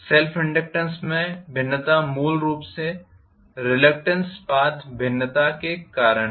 self inductance में भिन्नता मूल रूप से रिलक्टेंट पाथ भिन्नता के कारण है